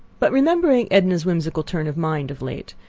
but remembering edna's whimsical turn of mind of late,